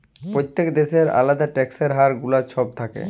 প্যত্তেক দ্যাশের আলেদা ট্যাক্সের হার গুলা ছব থ্যাকে